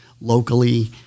locally